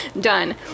Done